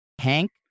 Hank